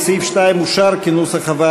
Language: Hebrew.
ההסתייגות של חבר הכנסת אראל